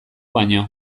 baino